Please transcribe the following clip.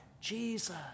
Jesus